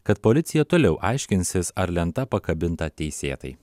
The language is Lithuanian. kad policija toliau aiškinsis ar lenta pakabinta teisėtai